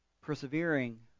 Persevering